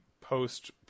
post